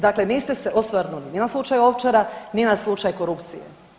Dakle niste se osvrnuli ni na slučaj Ovčara ni na slučaj korupcije.